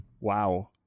Wow